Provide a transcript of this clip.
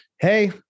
Hey